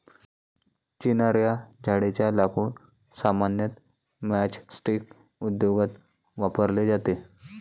चिनार या झाडेच्या लाकूड सामान्यतः मैचस्टीक उद्योगात वापरले जाते